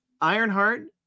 Ironheart